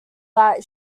that